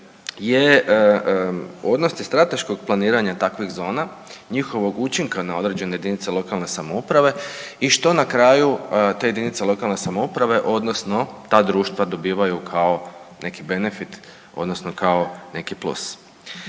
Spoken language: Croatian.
je odnosi strateškog planiranja takvih zona, njihovog učinka na određene jedinice lokalne samouprave i što na kraju te jedinice lokalne samouprave odnosno ta društva dobivaju kao neki benefit odnosno kao neki plus.